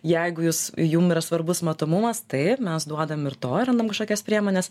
jeigu jūs jum yra svarbus matomumas taip mes duodam ir to randam kažkokias priemones